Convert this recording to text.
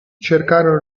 cercarono